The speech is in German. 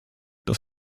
dass